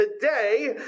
today